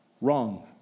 Wrong